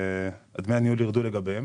שדמי הניהול ירדו לגבי אנשים כאלה